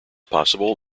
possible